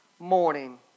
Morning